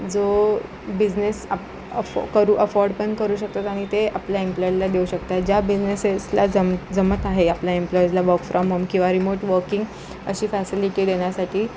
जो बिझनेस आप अफॉ करू अफोर्ड पण करू शकतात आणि ते आपल्या एम्प्लॉईला देऊ शकतात ज्या बिजनेसेसला जम जमत आहे आपल्या एम्प्लॉईजला वक फ्रॉम होम किंवा रिमोट वर्किंग अशी फॅसिलिटी देण्यासाठी